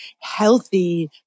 healthy